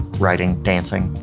writing, dancing.